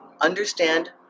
understand